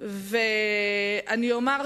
שלא ידע את עצמו, ואני אוסיף,